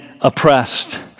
oppressed